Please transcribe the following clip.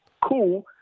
cool